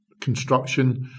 construction